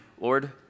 lord